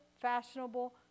fashionable